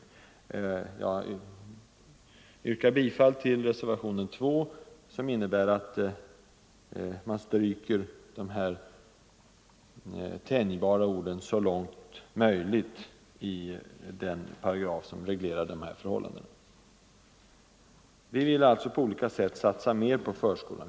Jag yrkar bifall till reservationen 2, som innebär att man stryker de tänjbara orden »så långt möjligt» i den paragraf som reglerar förskoleplatser för barn med särskilda behov. Vi vill alltså på olika sätt satsa mer på förskolan.